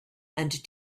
and